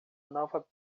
nova